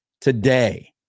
today